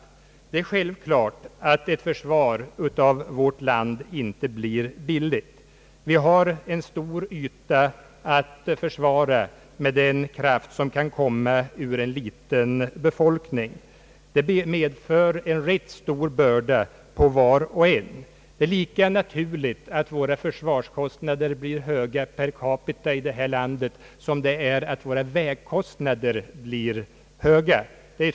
Det är självklart att försvar av vårt land inte blir billigt. Vi har en stor yta att försvara med den kraft som kan komma ur en liten befolkning. Det medför en rätt stor börda på var och en. Det är lika naturligt att våra försvarskostnader blir höga per capita i detta land som det är att våra vägkostnader blir höga.